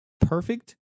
Perfect